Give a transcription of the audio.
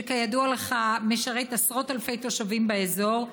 שכידוע לך משרת עשרות אלפי תושבים באזור,